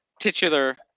titular